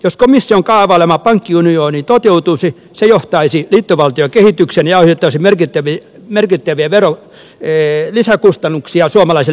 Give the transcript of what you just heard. jos komission kaavailema pankkiunioni toteutuisi se johtaisi liittovaltiokehitykseen ja aiheuttaisi merkittäviä lisäkustannuksia suomalaisille veronmaksajille